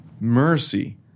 mercy